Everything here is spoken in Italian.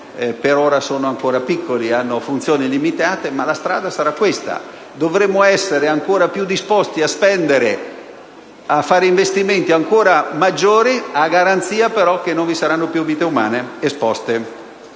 per ora sono ancora piccoli e hanno funzioni limitate, ma la strada sarà questa. Dovremo essere ancora più disposti a spendere, a fare investimenti ancora maggiori, a garanzia però che non vi saranno più vite umane esposte